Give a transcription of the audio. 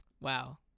wow